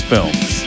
Films